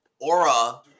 aura